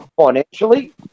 financially